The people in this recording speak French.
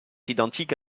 identique